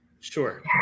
Sure